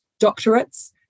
doctorates